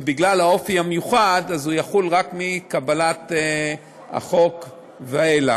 בגלל אופיו המיוחד, הוא יחול רק מקבלת החוק ואילך.